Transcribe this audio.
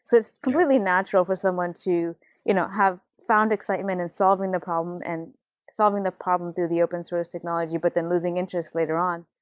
so it's completely natural for someone to you know have found excitement in solving the problem, and solving the problem through the open-source technology, but then losing interest later on.